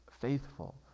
faithful